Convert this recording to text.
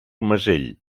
mesell